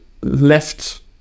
left